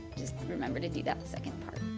just remember to do that second part.